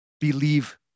believe